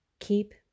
keep